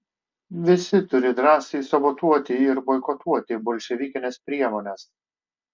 visi turi drąsiai sabotuoti ir boikotuoti bolševikines priemones